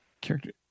character